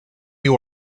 you